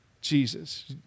Jesus